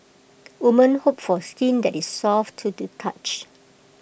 woman hope for skin that is soft to the touch